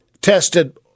tested